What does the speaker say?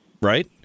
right